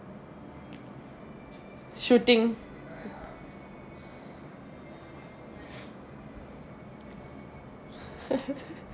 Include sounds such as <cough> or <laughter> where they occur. shooting <laughs>